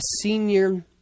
senior